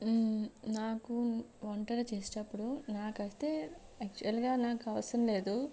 నాకు వంటలు చేసేటప్పుడు నాకు అయితే యాక్చువల్గా నాకు అవసరం లేదు